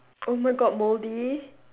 oh my god moldy